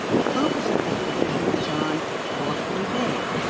the focus of this provision is on lawfully made.